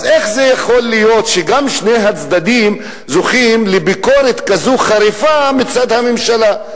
אז איך זה יכול להיות ששני הצדדים זוכים לביקורת כזו חריפה מצד הממשלה?